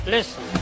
Listen